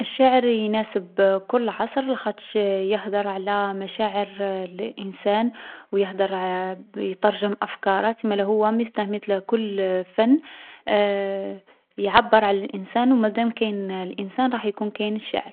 الشعر يناسب كل عصر لاخاطش يهدر على مشاعر الـ الانسان و يهدر يترجم أفكاره. تسما هو مثله مثل كل فن يعبّر على الانسان، و مادام كاين الانسان راح يكون كاين الشعر.